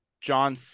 John